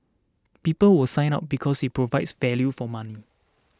people will sign up because it provides value for money